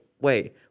wait